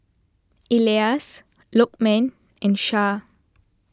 Elyas Lokman and Shah